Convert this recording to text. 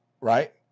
Right